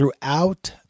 throughout